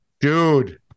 Dude